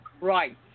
Right